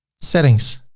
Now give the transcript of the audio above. settings,